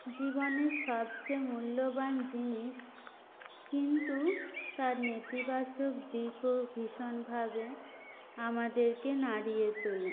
জীবনের সবচেয়ে মূল্যবান জিনিস কিন্তু তার নেতিবাচক দিকও ভীষণভাবে আমাদেরকে নাড়িয়ে তোলে